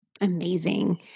Amazing